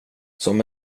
som